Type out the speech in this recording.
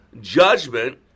Judgment